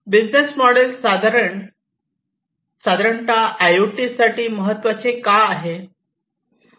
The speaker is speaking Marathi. बिझनेस मोडेल साधारण आय ओ टी साठी महत्त्वाचे का आहे